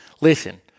listen